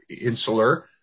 insular